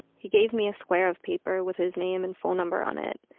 he gave me a square of paper with his name and phone number on it,